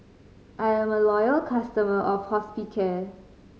I'm a loyal customer of Hospicare